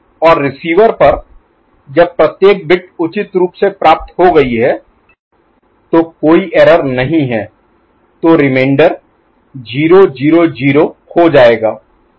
और रिसीवर पर जब प्रत्येक बिट उचित रूप से प्राप्त हो गयी है तो कोई एरर Error त्रुटि नहीं है तो रिमेंडर 0 0 0 हो जाएगा